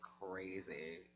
crazy